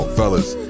fellas